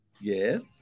Yes